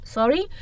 Sorry